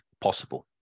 possible